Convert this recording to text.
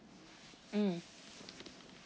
mm